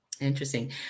Interesting